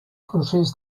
procés